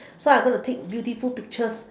so I going to take beautiful pictures